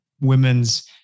women's